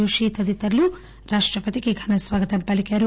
జోషి తదితరులు రాష్టపతికి ఘనస్వాగతం పలికారు